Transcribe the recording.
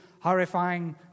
horrifying